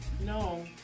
No